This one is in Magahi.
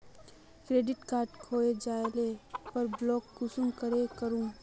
क्रेडिट कार्ड खोये जाले पर ब्लॉक कुंसम करे करूम?